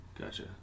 Gotcha